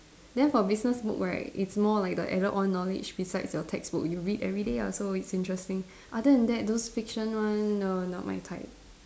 then for business book right it's more like the added on knowledge beside your textbooks you read everyday ah so it's interesting other than that those fiction one no not my type